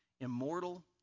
immortal